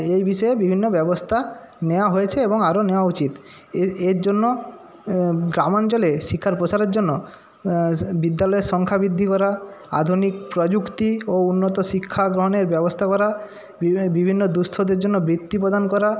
এই বিষয়ে বিভিন্ন ব্যবস্থা নেওয়া হয়েছে এবং আরও নেওয়া উচিত এর জন্য গ্রামাঞ্চলে শিক্ষার পোসারের জন্য বিদ্যালয়ের সংখ্যা বৃদ্ধি করা আধুনিক প্রযুক্তি ও উন্নত শিক্ষা গ্রহণের ব্যবস্তা করা বিভিন্ন দুঃস্থদের জন্য বৃত্তি প্রদান করা